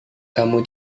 kamu